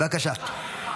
בבקשה.